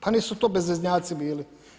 Pa nisu to bezveznjaci bili.